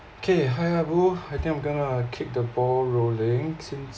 K hi ah-bu I think I'm gonna kick the ball rolling